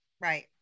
right